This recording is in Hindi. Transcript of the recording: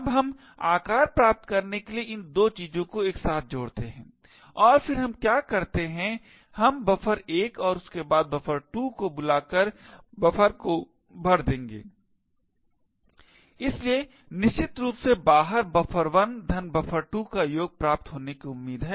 अब हम आकार प्राप्त करने के लिए इन 2 चीजों को एक साथ जोड़ते हैं और फिर हम क्या करते हैं हम buffer1 और उसके बाद buffer2 को बुलाकर बफर को भर देंगे इसलिए निश्चित रूप से बाहर buffer1 धन buffer2 का योग प्राप्त होने की उम्मीद है